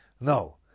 No